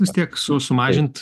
vis tiek su sumažint